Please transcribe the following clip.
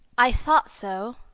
i thought so.